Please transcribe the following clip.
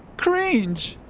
cringe.